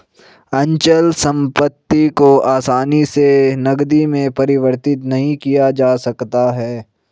अचल संपत्ति को आसानी से नगदी में परिवर्तित नहीं किया जा सकता है